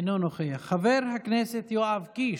אינו נוכח, חבר הכנסת יואב קיש,